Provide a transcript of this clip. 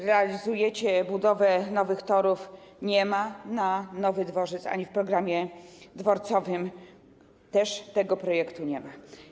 Realizujecie budowę nowych torów - nie ma na nowy dworzec, w programie dworcowym też tego projektu nie ma.